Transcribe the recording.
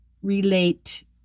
relate